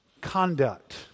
conduct